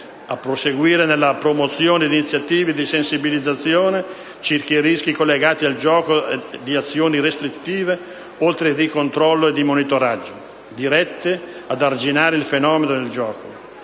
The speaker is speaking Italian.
a proseguire nella promozione di iniziative di sensibilizzazione circa i rischi collegati al gioco e di azioni restrittive, oltre che di controllo e monitoraggio, dirette ad arginare il fenomeno del gioco,